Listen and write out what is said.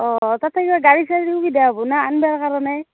অ' তাতে কিবা গাড়ী চাড়ী সুবিধা হ'ব নে আনিব কাৰণে